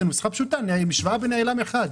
זה נוסחה פשוטה, משוואה בנעלם אחד.